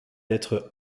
lettre